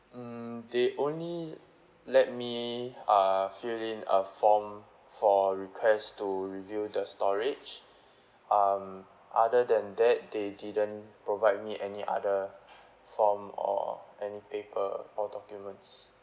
mm they only let me uh fill in a form for request to review the storage um other than that they didn't provide me any other form or any paper or documents